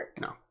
No